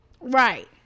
Right